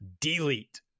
delete